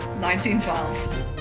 1912